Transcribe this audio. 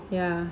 ya